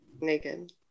naked